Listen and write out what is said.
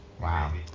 Wow